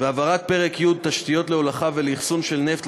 והעברת פרק י' תשתיות להולכה ולאחסון של נפט,